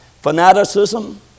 fanaticism